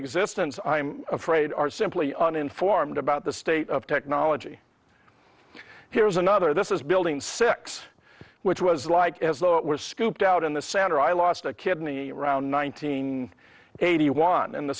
existence i'm afraid are simply uninformed about the state of technology here is another this is building six which was like as though it were scooped out in the center i lost a kidney around nineteen eighty one and the